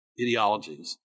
ideologies